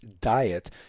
diet